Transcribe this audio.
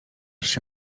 się